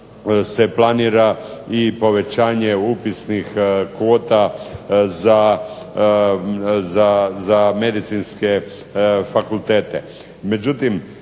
se planira i povećanje upisnih kvota za medicinske fakultete.